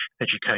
education